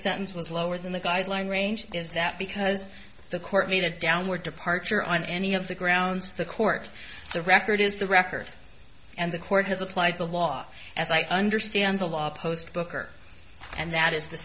sentence was lower than the guideline range is that because the court made a downward departure on any of the grounds the court record is the record and the court has applied the law as i understand the law post booker and that is the